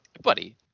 buddy